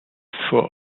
vor